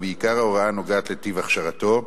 ובייחוד ההוראה הנוגעת לטיב הכשרתו,